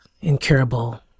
incurable